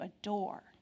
adore